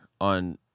on